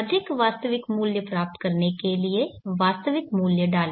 अधिक वास्तविक मूल्य प्राप्त करने के लिए वास्तविक मूल्य डालें